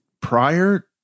prior